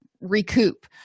recoup